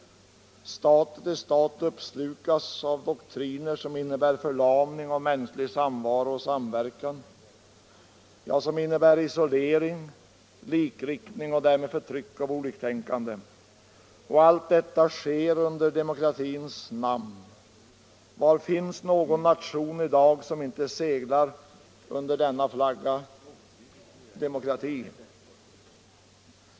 Stat efter stat uppslukas av doktriner som innebär förlamning av mänsklig samvaro och samverkan, ja, som innebär isolering, likriktning och därför förtryck av oliktänkande. Och allt detta sker under demokratins namn. Var finns någon nation i dag som inte seglar under denna flagga - demokratin?